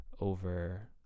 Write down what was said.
over